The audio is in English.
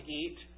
eat